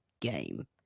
game